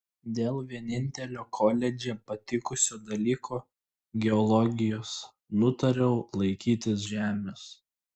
dėl vienintelio koledže patikusio dalyko geologijos nutariau laikytis žemės